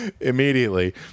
immediately